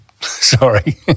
Sorry